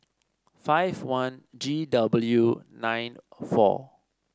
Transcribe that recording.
five one G W nine four